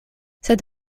sed